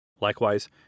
Likewise